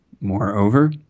Moreover